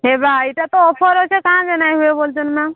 ହେବ ଏଇଟା ତ ଅଫର୍ ଅଛି କାହିଁକ ନାଇଁ ବୋଲି କହୁଛନ୍ତି